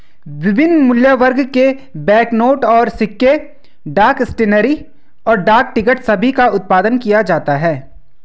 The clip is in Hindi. विभिन्न मूल्यवर्ग के बैंकनोट और सिक्के, डाक स्टेशनरी, और डाक टिकट सभी का उत्पादन किया जाता है